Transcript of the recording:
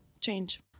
change